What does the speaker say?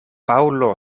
paŭlo